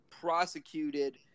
prosecuted